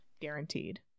guaranteed